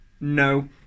No